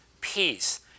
peace